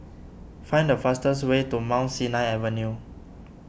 find the fastest way to Mount Sinai Avenue